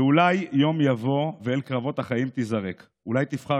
ואולי יום יבוא ואל קרבות החיים תיזרק / אולי תבחר